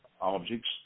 objects